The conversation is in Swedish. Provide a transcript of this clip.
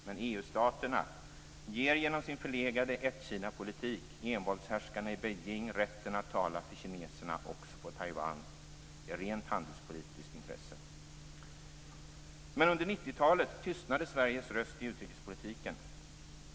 Men EU-staterna ger genom sin förlegade ett-Kina-politik envåldshärskarna i Beijing rätten att tala för kineserna också på Taiwan - i rent handelspolitiskt intresse. Under 90-talet tystnade också Sveriges röst i utrikespolitiken.